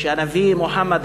שהנביא מוחמד,